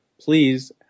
Please